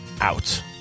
Out